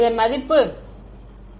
இதன் மதிப்பு எங்களுக்குத் தெரியாது